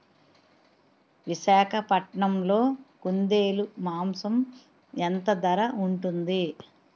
విశాఖపట్నంలో కుందేలు మాంసం ఎంత ధర ఉంటుంది?